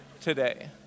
today